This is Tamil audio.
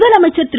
முதலமைச்சர் திரு